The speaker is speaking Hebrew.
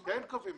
כן קובעים.